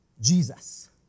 Jesus